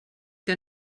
que